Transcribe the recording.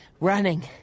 running